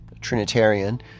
Trinitarian